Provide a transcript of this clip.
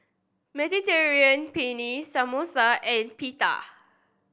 Mediterranean Penne Samosa and Pita